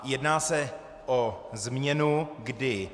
Jedná se o změnu, kdy: